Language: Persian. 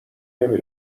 نمی